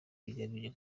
bigamije